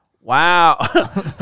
Wow